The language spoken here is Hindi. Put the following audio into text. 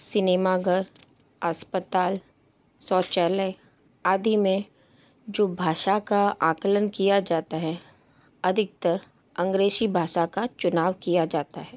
सिनेमाघर अस्पताल शौचालय आदि में जो भाषा का आकलन किया जाता है अधिकतर अंग्रेजी भाषा का चुनाव किया जाता है